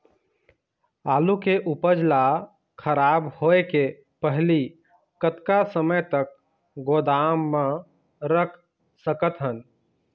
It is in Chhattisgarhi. आलू के उपज ला खराब होय के पहली कतका समय तक गोदाम म रख सकत हन?